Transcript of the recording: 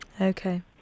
Okay